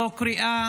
זו קריאה